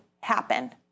happen